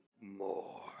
More